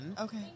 Okay